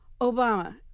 Obama